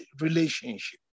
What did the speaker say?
relationship